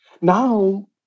Now